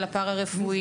על הפרא רפואי,